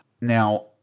Now